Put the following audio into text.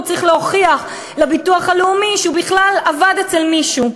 והוא צריך להוכיח לביטוח הלאומי שהוא בכלל עבד אצל מישהו.